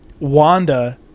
wanda